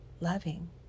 loving